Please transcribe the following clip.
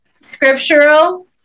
scriptural